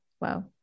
Wow